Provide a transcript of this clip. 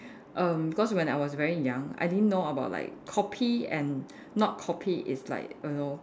erm cause when I was very young I didn't know about like copy and not copy is like err know